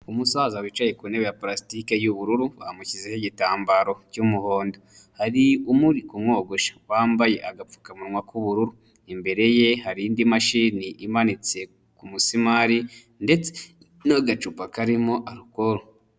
Umusaza wicaye ku ntebe ya palastike y'ubururu bamushyizeho igitambaro cy'umuhondo, hari uri kumwogosha wambaye agapfukamunwa k'ubururu, imbere ye hari indi mashini imanitse ku musumari ndetse n'agacupa karimo alukolo.